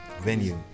venue